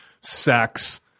sex